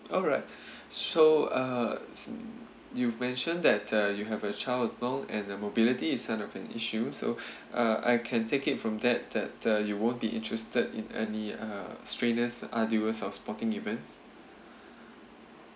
alright so uh you've mentioned that uh you have a child along and uh mobility is not an issue so uh I can take it from that that uh you won't be interested in any uh strenuous and arduous uh sporting events